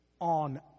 on